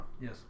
Yes